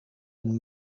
een